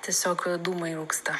tiesiog dūmai rūksta